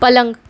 પલંગ